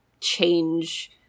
change